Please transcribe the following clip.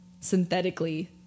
synthetically